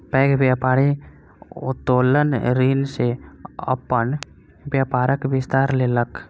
पैघ व्यापारी उत्तोलन ऋण सॅ अपन व्यापारक विस्तार केलक